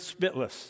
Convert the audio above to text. spitless